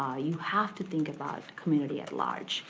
ah you have to think about community at large.